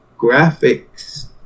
Graphics